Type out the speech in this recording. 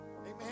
Amen